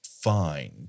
fine